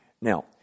Now